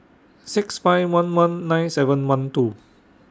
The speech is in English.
six five one one nine seven one two